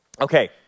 Okay